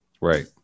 Right